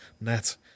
net